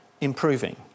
improving